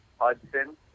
Hudson